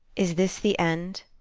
is this the end?